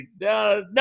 No